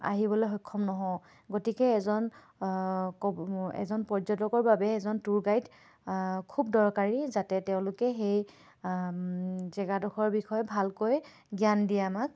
আহিবলৈ সক্ষম নহওঁ গতিকে এজন ক এজন পৰ্যটকৰ বাবে এজন টুৰ গাইড খুব দৰকাৰী যাতে তেওঁলোকে সেই জেগাডোখৰ বিষয়ে ভালকৈ জ্ঞান দিয়ে আমাক